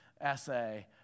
essay